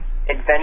adventure